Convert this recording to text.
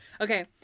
Okay